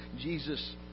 Jesus